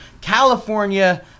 California